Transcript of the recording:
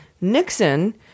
Nixon